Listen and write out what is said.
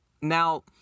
now